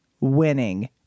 winning